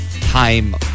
time